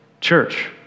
church